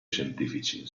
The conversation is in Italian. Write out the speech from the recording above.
scientifici